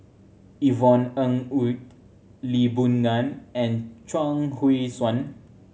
Yvonne Ng Uhde Lee Boon Ngan and Chuang Hui Tsuan